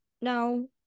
no